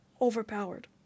overpowered